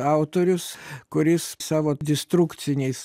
autorius kuris savo destrukciniais